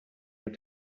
were